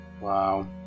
Wow